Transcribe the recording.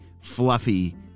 fluffy